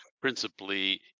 principally